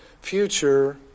future